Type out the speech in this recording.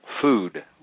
food